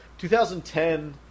2010